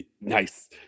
Nice